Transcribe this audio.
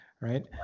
right